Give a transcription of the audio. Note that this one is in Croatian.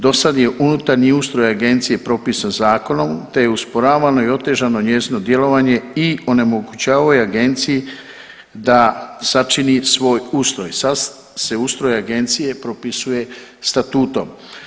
Dosad je unutarnji ustroj agencije propisan zakonom, te je usporavano i otežano njezino djelovanje i onemogućavao je agenciji da sačini svoj ustroj, sad se ustroj agencije propisuje statutom.